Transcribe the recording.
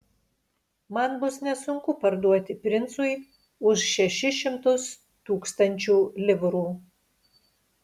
man bus nesunku parduoti princui už šešis šimtus tūkstančių livrų